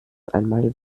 einmal